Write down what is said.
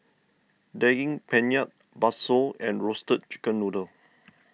Daging Penyet Bakso and Roasted Chicken Noodle